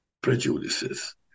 prejudices